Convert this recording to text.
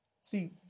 see